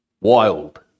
wild